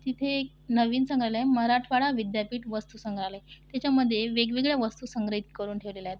तिथे नवीन संग्रहालय मराठवाडा विद्यापीठ वस्तू संग्रहालय त्याच्यामध्ये वेगवेगळ्या वस्तू संग्रहित करून ठेवलेल्या आहेत